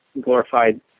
glorified